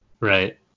Right